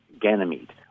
Ganymede